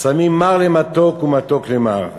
שמים מר למתוק ומתוק למר.